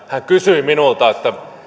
hän kysyi minulta